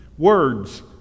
Words